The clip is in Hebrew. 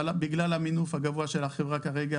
אבל בגלל המינוף הגבוה של החברה כרגע,